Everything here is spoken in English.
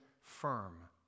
firm